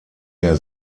der